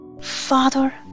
father